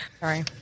Sorry